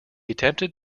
attempted